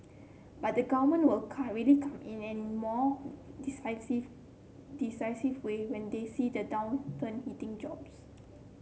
but the Government will really come in in a more decisive decisive way when they see the downturn hitting jobs